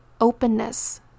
openness